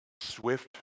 swift